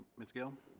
ms. gill.